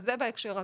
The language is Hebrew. אז זה בהקשר הזה.